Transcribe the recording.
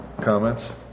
Comments